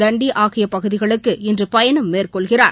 தண்டி ஆகிய பகுதிகளுக்கு இன்று பயணம் மேற்கொள்கிறார்